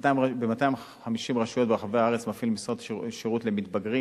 ב-250 רשויות ברחבי הארץ המשרד מפעיל שירות למתבגרים,